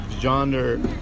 genre